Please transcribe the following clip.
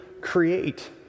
create